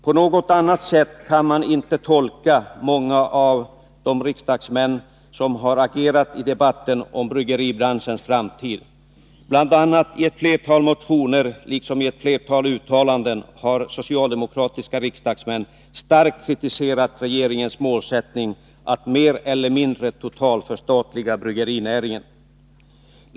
På något annat sätt kan man inte tolka vad som har sagts av många av de riksdagsmän som har agerat i debatten om bryggeribranschens framtid. I ett flertal motioner liksom i ett flertal uttalanden har socialdemokratiska riksdagsmän starkt kritiserat regeringens målsättning att i det närmaste totalförstatliga bryggerinäringen.